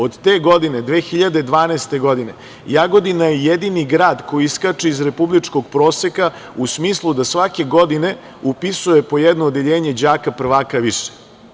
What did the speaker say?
Od te godine, 2012. godine, Jagodina je jedini grad koji iskače iz republičkog proseka u smislu da svake godine upisuje po jedno odeljenje đaka prvaka više.